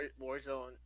Warzone